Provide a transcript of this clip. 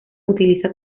utiliza